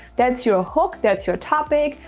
that's your hook, that's your topic.